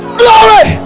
glory